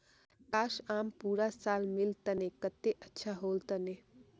काश, आम पूरा साल मिल तने कत्ते अच्छा होल तने